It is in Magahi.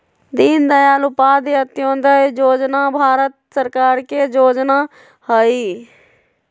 दीनदयाल उपाध्याय अंत्योदय जोजना भारत सरकार के जोजना हइ